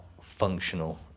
functional